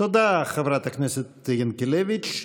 תודה, חברת הכנסת ינקלביץ'.